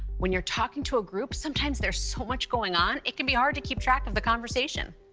when you're talking to a group, sometimes there's so much going on, it can be hard to keep track of the conversation.